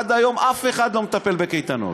עד היום אף אחד לא מטפל בקייטנות.